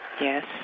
Yes